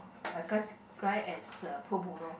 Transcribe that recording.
I classify as uh pro bono